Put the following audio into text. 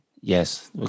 Yes